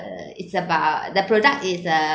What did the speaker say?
uh it's about the product is uh